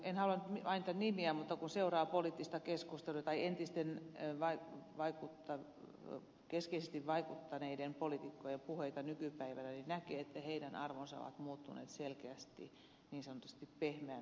en halua nyt mainita nimiä mutta kun seuraa poliittista keskustelua tai entisten keskeisesti vaikuttaneiden poliitikkojen puheita nykypäivänä niin näkee että heidän arvonsa ovat muuttuneet selkeästi niin sanotusti pehmeämmiksi